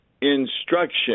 instruction